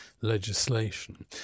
legislation